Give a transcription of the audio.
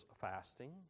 fasting